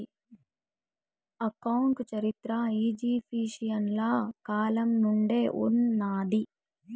account చరిత్ర ఈజిప్షియన్ల కాలం నుండే ఉన్నాది